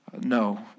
No